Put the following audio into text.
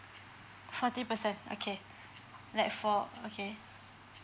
fourty percent okay like four okay